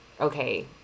okay